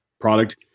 product